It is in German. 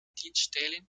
dienststellen